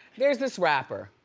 here's this rapper,